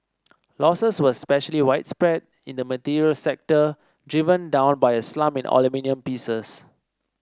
losses were especially widespread in the materials sector driven down by a slump in aluminium pieces